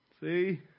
See